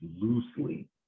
loosely